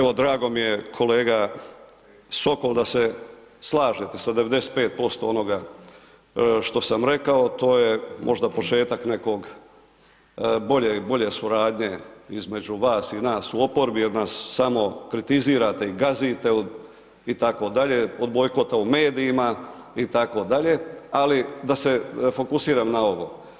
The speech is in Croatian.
Pa evo drago mi je kolega Sokol da se slažete sa 95% onoga što sam rekao a to je možda početak nekog bolje suradnje između vas i nas u oporbi jer nas kritizirate i gazite itd., od bojkota u medijima itd. ali da se fokusiram na ovo.